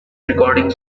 recording